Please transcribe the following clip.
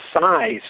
size